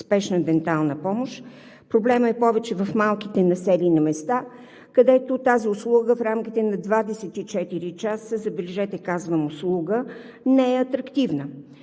спешна дентална помощ, проблемът е повече в малките населени места, където тази услуга в рамките на 24 часа – забележете, казвам услуга – не е атрактивна.